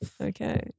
Okay